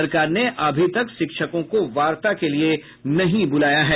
सरकार ने अभी तक शिक्षकों को वार्ता के लिये नहीं बुलाया है